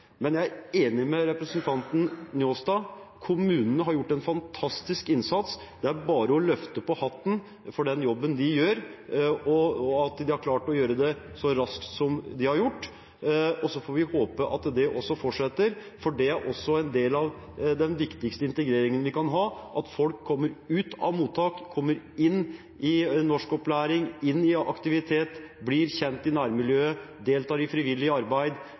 Men jeg er enig med representanten Njåstad: Kommunene har gjort en fantastisk innsats. Det er bare å løfte på hatten for den jobben de gjør, og at de har klart å gjøre det så raskt som de har gjort. Så får vi håpe at det fortsetter, for det er også en del av den viktigste integreringen vi kan ha, at folk kommer ut av mottak, kommer inn i norskopplæring, inn i aktivitet, blir kjent i nærmiljøet, deltar i frivillig arbeid